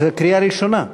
זה קריאה ראשונה.